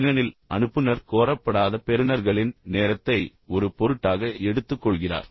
ஏனெனில் அனுப்புநர் கோரப்படாத பெறுநர்களின் நேரத்தை ஒரு பொருட்டாக எடுத்துக்கொள்கிறார்